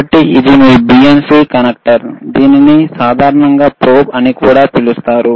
కాబట్టిఇది మీ BNC connector దీనిని సాధారణంగా ప్రోబ్ అని కూడా పిలుస్తారు